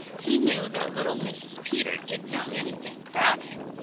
he knew that little mrs. peter didn't know anything about him,